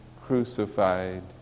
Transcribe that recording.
crucified